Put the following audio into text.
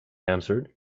answered